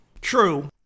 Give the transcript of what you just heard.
True